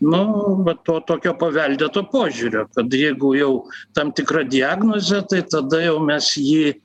nu va to tokio paveldėto požiūrio kad jeigu jau tam tikra diagnozė tai tada jau mes jį